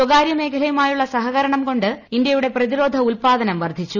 സ്വകാര്യ മേഖലയുമായുള്ള സഹകരണം കൊണ്ട് ഇന്ത്യയുടെ പ്രതിരോധ ഉല്പാദനം വർദ്ധിച്ചു